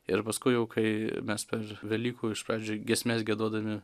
ir paskui jau kai mes per velykų iš pradžių giesmes giedodami